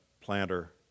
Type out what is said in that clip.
planter